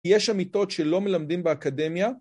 ‫יש עמיתות שלא מלמדים באקדמיה.